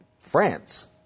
France